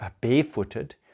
barefooted